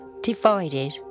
divided